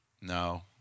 No